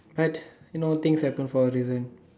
but you know things happen for a reason